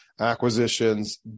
acquisitions